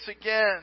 again